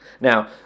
Now